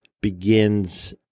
begins